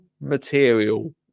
material